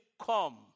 come